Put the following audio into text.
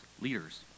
leaders